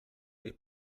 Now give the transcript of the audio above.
they